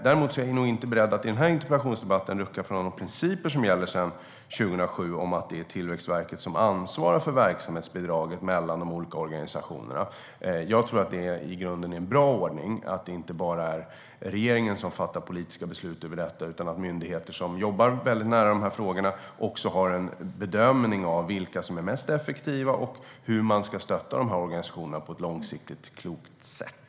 Däremot är jag nog inte beredd att i den här interpellationsdebatten rucka på några av de principer som gäller sedan 2007 om att det är Tillväxtverket som ansvarar för verksamhetsbidraget mellan de olika organisationerna. Jag tror att det i grunden är en bra ordning att det inte bara är regeringen som fattar politiska beslut om detta utan att myndigheter som jobbar med dessa frågor också gör en bedömning av vilka organisationer som är mest effektiva och hur man ska stötta dem på ett långsiktigt klokt sätt.